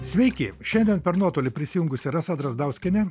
sveiki šiandien per nuotolį prisijungusi rasa drazdauskienė